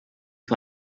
für